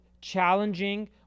challenging